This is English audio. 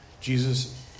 Jesus